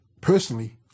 personally